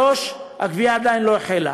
3. הגבייה עדיין לא החלה,